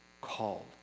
called